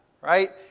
Right